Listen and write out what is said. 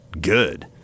good